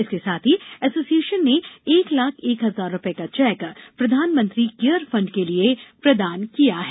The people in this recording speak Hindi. इसके साथ ही एसोसियशन ने एक लाख एक हजार रूपये का चेक प्रधानमंत्री केयर फंड के लिए प्रदान किया गया है